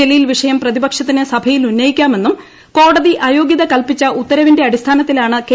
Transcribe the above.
ജലീൽ വിഷയം പ്രതിപക്ഷത്തിന് സഭയിൽ ഉണ്ണയിക്കാമെന്നും കോടതി അയോഗൃത കല്പിച്ച ഉത്തരവിന്റെ അടിസ്ഥാനത്തിലാണ് കെ